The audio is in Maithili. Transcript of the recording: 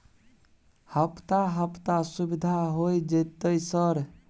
हफ्ता हफ्ता सुविधा होय जयते सर?